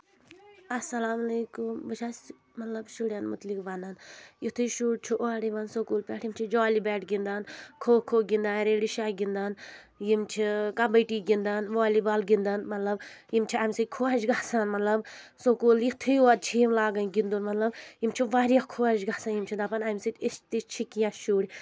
اَسَلامُ علیکُم بہٕ چھَس مطلب شُرؠن مُتعلِق وَنان یِتھُے شُرۍ چھُ اورٕ یِوان سکوٗل پؠٹھ یِم چھِ جالی بیٹ گِنٛدان کھو کھو گِنٛدان ریڈی شا گِنٛدان یِم چھِ کَبَڈی گِنٛدان والی بال گِنٛدان مطلب یِم چھِ اَمہِ ستۭۍ خۄش گژھان مطلب سکوٗل یِتھُے یوت چھِ یِم لاگٕنۍ گِنٛدُن مطلب یِم چھِ واریاہ خۄش گژھان یِم چھِ دَپان امہِ سۭتۍ أسۍ تہِ چھِ کینٛہہ شُرۍ